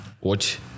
watch